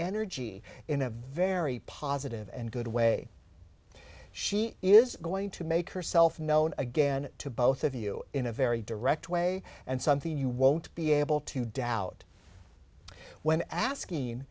energy in a very positive and good way she is going to make herself known again to both of you in a very direct way and something you won't be able to doubt when asking